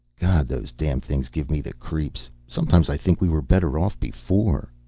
god, those damn things give me the creeps. sometimes i think we were better off before.